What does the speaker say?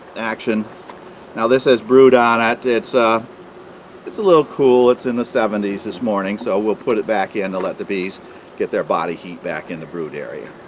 action now this has brood on it, it's ah it's a little cool, it's in the seventy s this morning so we'll put it back in to let the bees get their body heat back in the brood area